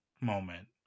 moment